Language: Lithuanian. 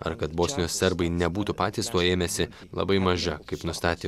ar kad bosnijos serbai nebūtų patys to ėmęsi labai maža kaip nustatė